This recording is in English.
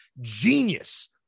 genius